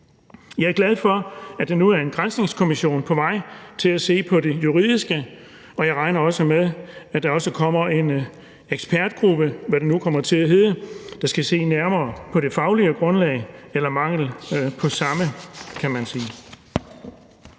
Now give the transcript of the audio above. Jeg er glad for, at der nu er en granskningskommission på vej til at se på det juridiske, og jeg regner også med, at der kommer en ekspertgruppe, hvad den nu kommer til at hedde, der skal se nærmere på det faglige grundlag – eller manglen på samme, kan man sige.